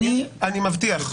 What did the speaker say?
אני מבטיח.